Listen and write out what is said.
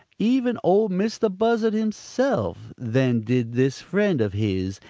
even ol' mistah buzzard himself, then did this friend of his,